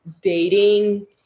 dating